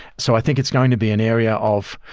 so i think it's going to be an area of.